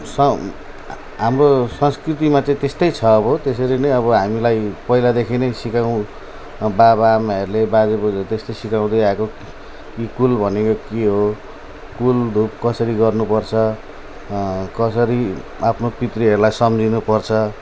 स हाम्रो संस्कृतिमा चाहिँ त्यस्तै छ अब त्यसरी नै अब हामीलाई पहिलादेखि नै सिकाउँ बाबाआमाहरूले बाजेबोजूहरू त्यस्तै सिकाउँदै आएको कि कुल भनेको के हो कुल धुप कसरी गर्नुपर्छ कसरी आफ्नो पितृहरूलाई सम्झिनुपर्छ